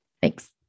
Thanks